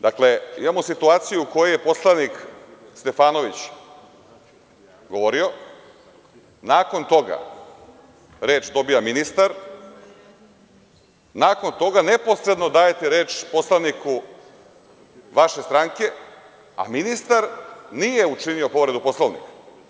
Dakle, imamo situaciju u kojoj je poslanik Stefanović govorio, nakon toga reč dobija ministar, nakon toga neposredno dajete reč poslaniku vaše stranke, a ministar nije učinio povredu Poslovnika.